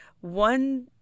one